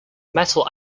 metal